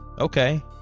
Okay